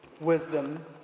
wisdom